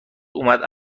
اومد